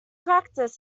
practice